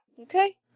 Okay